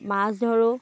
মাছ ধৰো